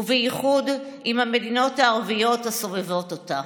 ובייחוד עם המדינות הערביות הסובבות אותה.